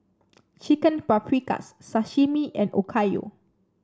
Chicken Paprikas Sashimi and Okayu